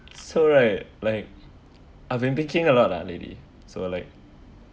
so right like I've been picking up a lot lah so like